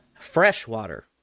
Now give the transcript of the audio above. freshwater